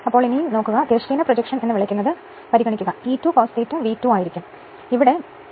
അതിനാൽ തിരശ്ചീന പ്രൊജക്ഷൻ എന്ന് വിളിക്കുന്നത് എടുക്കുക അതിനാൽ E 2 cosδ V2 ആയിരിക്കും